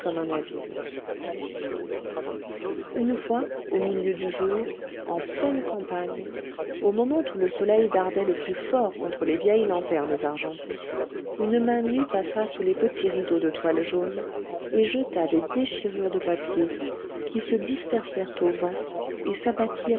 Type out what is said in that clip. navire une fois au milieu du jour en pleine campagne au moment où le soleil dardait le plus fort contre les vieilles lanternes argentées une main nue passa sous les petits rideaux de toile jaune et jeta des déchirures de papier qui se dispersèrent au vent et s'abattirent